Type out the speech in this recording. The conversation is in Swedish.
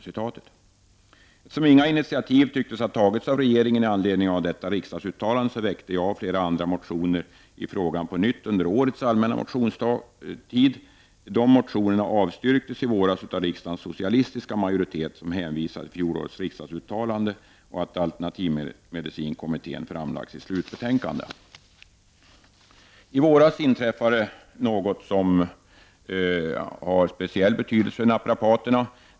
Eftersom inga initiativ tycktes ha tagits av regeringen i anledning av detta riksdagsuttalande, väckte jag och flera andra på nytt motioner i frågan under årets allmänna motionstid. Dessa motioner avstyrktes i våras av riksdagens socialistiska majoritet, som hänvisade till fjolårets riksdagsuttalande och att alternativmedicinkommittén framlagt sitt slutbetänkande. I våras inträffade något som har speciell betydelse för naprapaterna.